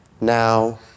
Now